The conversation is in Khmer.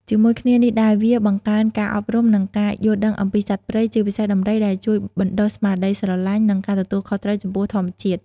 ជាមួយគ្នានេះដែរ វាបង្កើន ការអប់រំ និង ការយល់ដឹងអំពីសត្វព្រៃ ជាពិសេសដំរី ដែលជួយបណ្ដុះស្មារតីស្រឡាញ់ និងការទទួលខុសត្រូវចំពោះធម្មជាតិ។